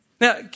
Now